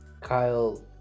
kyle